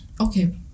Okay